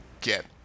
get